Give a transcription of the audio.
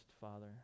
Father